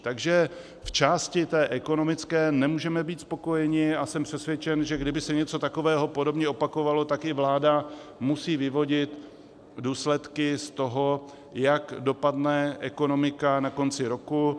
Takže v části té ekonomické nemůžeme být spokojeni a jsem přesvědčen, že kdyby se něco takového podobného opakovalo, tak i vláda musí vyvodit důsledky z toho, jak dopadne ekonomika na konci roku.